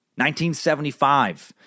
1975